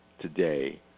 today